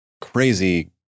crazy